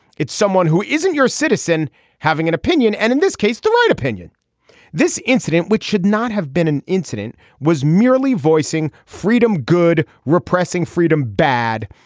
it's someone who isn't your citizen having an opinion. and in this case to my opinion this incident which should not have been an incident was merely voicing freedom good repressing freedom bad.